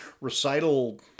recital